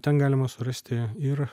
ten galima surasti ir